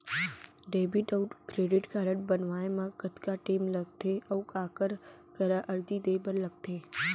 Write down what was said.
Debit अऊ credit card बनवाए मा कतका टेम लगथे, अऊ काखर करा अर्जी दे बर लगथे?